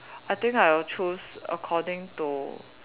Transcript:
I think I will choose according to